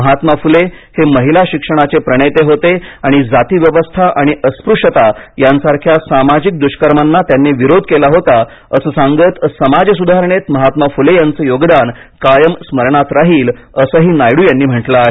महात्मा फुले हे महिला शिक्षणाचे प्रणेते होते आणि जातीव्यवस्था आणि अस्पृश्यता यासारख्या सामाजिक दुष्कर्मांना त्यांनी विरोध केला होता असं सांगत समाज सुधारणेत महात्मा फुले यांचे योगदान कायम स्मरणात राहील असंही नायडू यांनी म्हटलं आहे